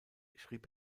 schrieb